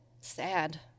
sad